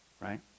Right